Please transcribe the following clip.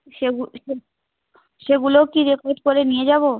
সেগুলোও কি রেকর্ড করে নিয়ে যাবো